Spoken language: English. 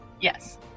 Yes